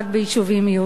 רק ביישובים יהודיים,